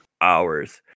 hours